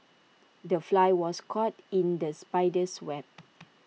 the fly was caught in the spider's web